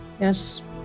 yes